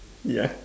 yeah